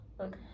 Okay